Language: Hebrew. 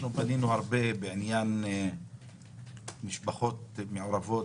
פנינו הרבה בעניין משפחות מעורבות,